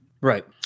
Right